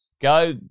go